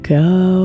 go